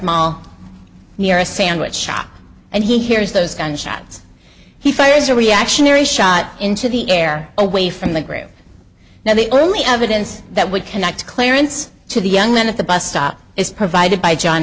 mall near a sandwich shop and he hears those gunshots he fires a reactionary shot into the air away from the group now the only evidence that would connect clarence to the young man at the bus stop is provided by john